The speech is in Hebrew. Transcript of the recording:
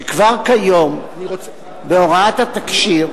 שכבר כיום בהוראת התקשי"ר